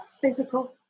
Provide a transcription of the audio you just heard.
physical